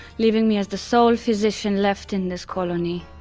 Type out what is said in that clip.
leaving me as the sole physician left in this colony.